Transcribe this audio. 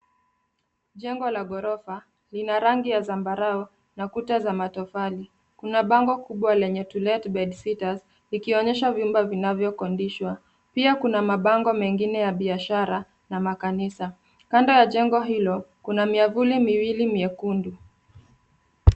Jengo la ghorofa lina rangi ya sambarau na ukuta za matofali. Kuna bango kubwa lenye To Lent bedsitters ikionyesha vyumba vinavyo kodishwa, Pia kuna bango mengi vya biashara na makaniza. Kando la jengo hilo kuna miavuli mbili mweyekundu.